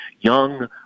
young